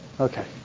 okay